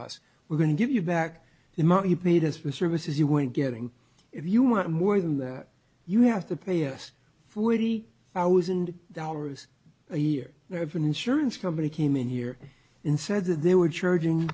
us we're going to give you back the money you paid us the services you want getting if you want more than that you have to pay us forty thousand dollars a year if an insurance company came in here in said that they were charging